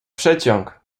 przeciąg